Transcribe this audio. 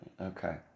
okay